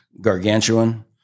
gargantuan